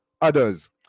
others